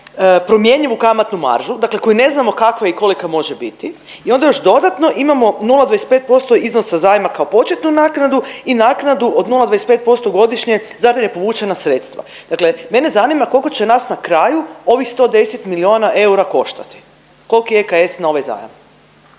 promjenjivu kamatnu maržu, dakle koju ne znamo kakva i kolika može biti i onda još dodatno imamo 0,25% iznosa zajma kao početnu naknadu i naknadu od 0,25% godišnje zato jer je povučena sredstva. Dakle, mene zanima, koliko će nas na kraju ovih 110 milijuna eura koštati. Koliki je EKS na ovaj zajam?